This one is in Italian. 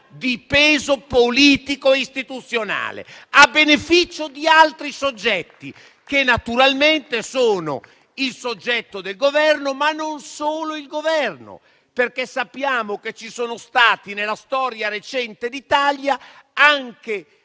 di peso politico e istituzionale a beneficio di altri soggetti, che naturalmente sono il soggetto del Governo, ma non solo, perché sappiamo che ci sono stati nella storia recente d'Italia anche